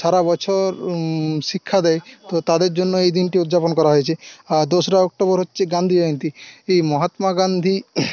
সারা বছর শিক্ষা দেয় তো তাদের জন্য এই দিনটি উদ্যাপন করা হয়েছে আর দোসরা অক্টোবর হচ্ছে গান্ধী জয়ন্তী এই মহাত্মা গান্ধীর